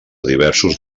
diversos